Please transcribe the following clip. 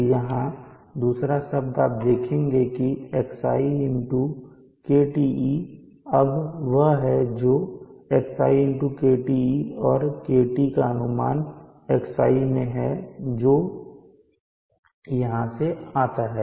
तो यहाँ दूसरा शब्द आप देखेंगे कि xiKTe अब वह है जो xiKTe और KT का अनुमान xi में है और जो यहाँ आता है